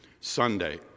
Sunday